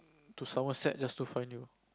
to somerset just to find you